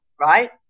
right